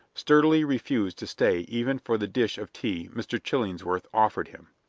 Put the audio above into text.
sturdily refused to stay even for the dish of tea mr. chillingsworth offered him.